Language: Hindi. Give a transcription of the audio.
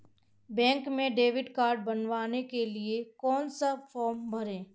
बैंक में डेबिट कार्ड बनवाने के लिए कौन सा फॉर्म लेना है?